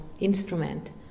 instrument